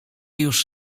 już